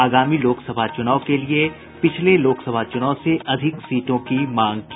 आगामी लोकसभा चुनाव के लिए पिछले लोकसभा चुनाव से अधिक सीटों की मांग की